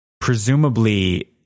Presumably